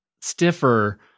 stiffer